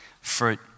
fruit